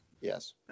Yes